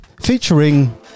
featuring